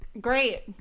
great